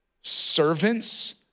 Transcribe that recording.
servants